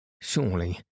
surely